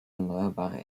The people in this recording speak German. erneuerbare